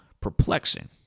perplexing